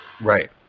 Right